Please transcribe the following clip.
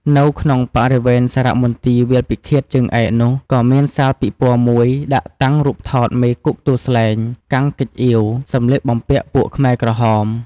នៅក្នុងបរិវេណសារមន្ទីរវាលពិឃាតជើងឯកនោះ ក៏មានសាលពិព័រណ៍មួយ ដាក់តាំងរូបថតមេគុកទួលស្លែង កាំង ហ្គេចអៀវ សម្លៀកបំពាក់ពួកខ្មែរក្រហម។